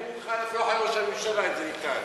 אני מוכן לסמוך על ראש הממשלה אם זה ניתן.